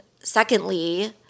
secondly